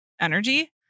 energy